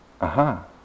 Aha